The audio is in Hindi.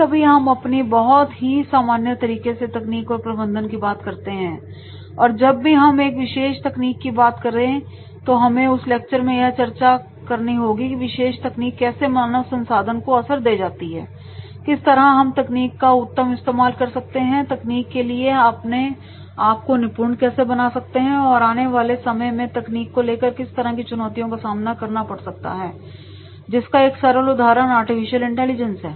कभी कभी हम बहुत ही सामान्य तरीके से तकनीक और प्रबंधन की बात करते हैं और जब भी हम एक विशेष तकनीक की बात करें तो हमें उस लेक्चर में यह चर्चा होगी कि विशेष तकनीक कैसे मानव संसाधन को असर दे जाती है किस तरह हम तकनीक का उत्तम इस्तेमाल कर सकते हैं तकनीक के लिए अपने आप को निपुण कैसे बना सकते हैं और आने वाले समय में तकनीक को लेकर किस तरह की चुनौतियों का सामना करना पड़ सकता है जिसका एक सरल उदाहरण आर्टिफिशियल इंटेलिजेंस है